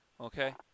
Okay